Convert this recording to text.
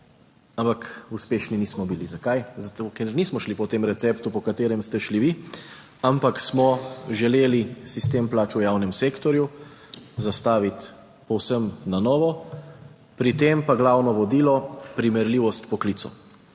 Ampak uspešni nismo bili. Zakaj? Zato, ker nismo šli po tem receptu po katerem ste šli vi, ampak smo želeli sistem plač v javnem sektorju zastaviti povsem na novo. Pri tem pa glavno vodilo primerljivost poklicev